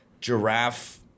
giraffe